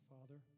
Father